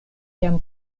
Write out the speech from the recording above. jam